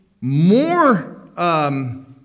more